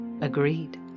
agreed